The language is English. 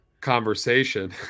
conversation